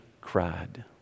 cried